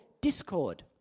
discord